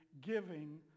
giving